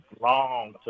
long